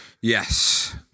Yes